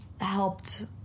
helped